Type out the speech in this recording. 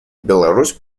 беларусь